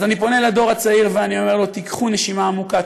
אז אני פונה לדור הצעיר ואני אומר לו: תיקחו נשימה עמוקה,